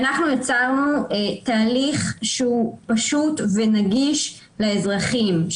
אנחנו יצרנו תהליך שהוא פשוט ונגיש לאזרחים.